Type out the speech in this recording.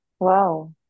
Wow